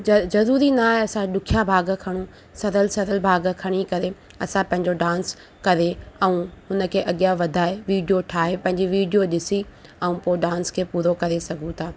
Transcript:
ज ज़रूरी न आहे असां ॾुखिया भाॻ खणूं सरल सरल भाॻ खणी करे असां पंहिंजो डांस करे ऐं हुन खे अॻियां वधाए वीडियो ठाहे पंहिंजी वीडियो ॾिसी ऐं पोइ डांस खे पूरो करे सघूं था